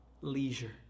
Leisure